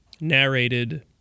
narrated